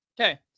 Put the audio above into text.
Okay